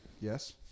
Yes